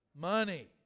money